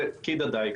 פקיד הדיג.